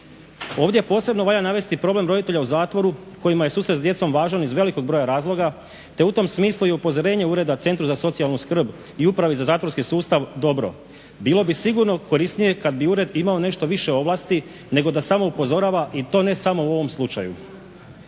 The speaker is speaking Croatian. Ovdje posebno valja navesti problem roditelja u zatvoru kojima je susret s djecom važan iz velikog broja razloga te u tom smislu i upozorenje ureda centru za socijalnu skrb i Upravi za zatvorski sustav dobro. Bilo bi sigurno korisnije kad bi ured imao nešto više ovlasti nego da samo upozorava i to ne samo u ovom slučaju.